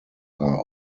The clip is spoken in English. are